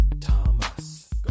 Thomas